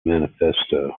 manifesto